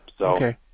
Okay